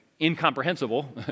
incomprehensible